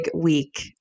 week